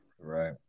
right